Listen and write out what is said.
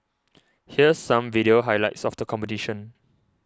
here's some video highlights of the competition